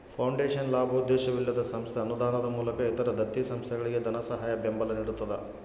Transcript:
foundation ಲಾಭೋದ್ದೇಶವಿಲ್ಲದ ಸಂಸ್ಥೆ ಅನುದಾನದ ಮೂಲಕ ಇತರ ದತ್ತಿ ಸಂಸ್ಥೆಗಳಿಗೆ ಧನಸಹಾಯ ಬೆಂಬಲ ನಿಡ್ತದ